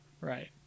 Right